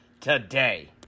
today